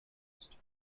used